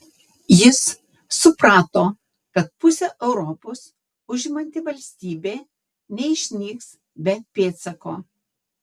jis suprato kad pusę europos užimanti valstybė neišnyks be pėdsako